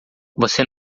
você